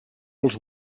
els